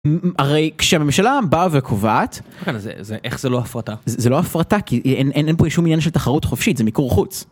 הרי כשהממשלה באה וקובעת זה איך זה לא הפרטה זה לא הפרטה כי אין פה שום עניין של תחרות חופשית זה מיקור חוץ.